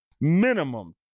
minimum